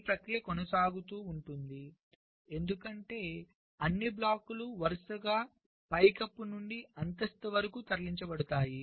ఈ ప్రక్రియ కొనసాగుతూ ఉంటుంది ఎందుకంటే అన్ని బ్లాక్లు వరుసగా పైకప్పు నుండి అంతస్తు వరకు తరలించబడతాయి